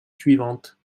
suivantes